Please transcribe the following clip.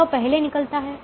यह पहले निकलता है